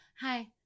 hi